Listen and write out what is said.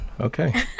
okay